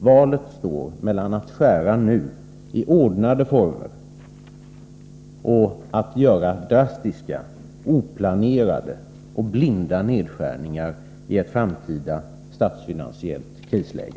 Valet står mellan att skära nu i ordnade former och att göra drastiska, oplanerade och blinda nedskärningar i ett framtida statsfinansiellt krisläge.